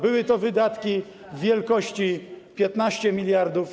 były to wydatki wielkości 15 mld zł.